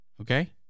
Okay